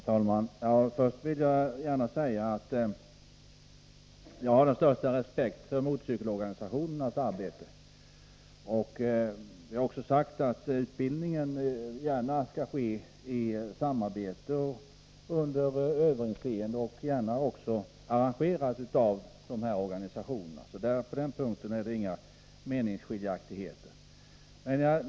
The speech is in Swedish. Herr talman! Först vill jag gärna säga att jag har den största respekt för motorcykelorganisationernas arbete. Jag har också sagt att utbildningen med fördel kan ske i samarbete med eller under överinseende av dessa organisationer — den kan också arrangeras av dem. På den punkten är det inga meningsskiljaktigheter.